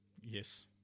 Yes